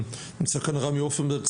נמצא כאן רמי הופנברג,